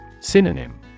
Synonym